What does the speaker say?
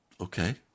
Okay